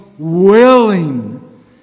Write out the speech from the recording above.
Willing